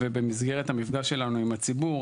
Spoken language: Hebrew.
ובמסגרת המפגש שלנו עם הציבור,